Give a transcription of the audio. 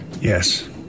Yes